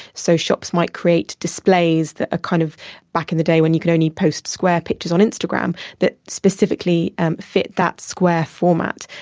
so shops might create displays from kind of back in the day when you could only post square pictures on instagram that specifically fit that square format.